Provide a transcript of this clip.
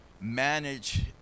manage